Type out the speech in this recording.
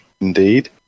Indeed